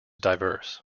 diverse